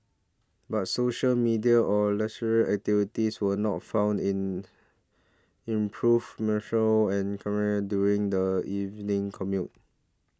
but social media or leisure activities were not found in improve and during the evening commute